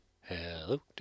Hello